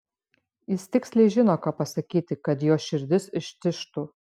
jis tiksliai žino ką pasakyti kad jos širdis ištižtų